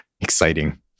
Exciting